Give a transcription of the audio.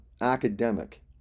academic